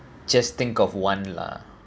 just think of one lah